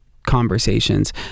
conversations